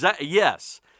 yes